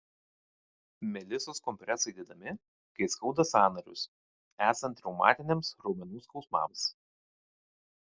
melisos kompresai dedami kai skauda sąnarius esant reumatiniams raumenų skausmams